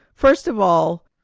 first of all,